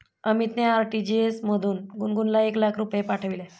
अमितने आर.टी.जी.एस मधून गुणगुनला एक लाख रुपये पाठविले